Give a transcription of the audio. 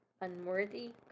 unworthy